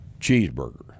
cheeseburger